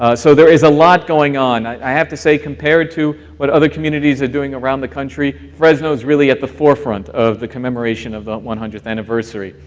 ah so there is a lot going on. i have to say compared to what other communities are doing around the country fresno is really at the forefront of the commemoration of the one hundredth anniversary.